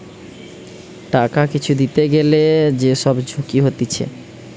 টাকা কিছু দিতে গ্যালে যে সব ঝুঁকি হতিছে